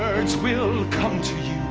words will come to you.